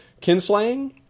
kinslaying